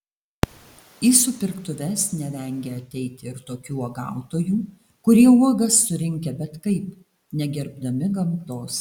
į supirktuves nevengia ateiti ir tokių uogautojų kurie uogas surinkę bet kaip negerbdami gamtos